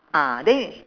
ah then you